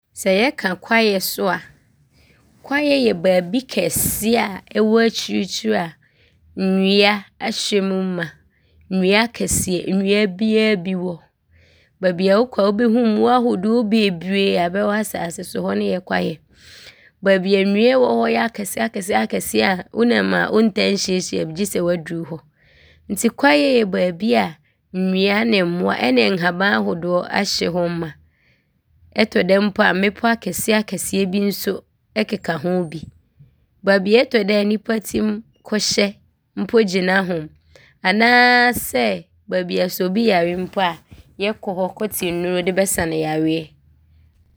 Sj yjka kwaej so a, kwaej yj baabi kjsej a cwc akyirikyiri a nnua ahyjm ma. Nnua akjsej, nnua biaa bi wom, baabi a wokc a wobjhu mmoa bebree a bjwc asase so, hc ne yj kwaej. Baabi a nnua wc hc yj akjsejakjsej a wonam a wontaa nhyianhyia bi gye sj woaduru hc nti kwaej yj baabi a nnua ne mmoa ne nhaban ahodoc ahyjm ma. Ctc da bi mpo a mmepc akjsejakjsej bi so keka ho bi. Baabi a ctc da a, nnipa tim kchyj mpo gye n’ahom anaasj baabi a sj bi yare mpo a,yjkc hc kctete nnuro de bjsa ne yarej.